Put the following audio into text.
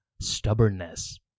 stubbornness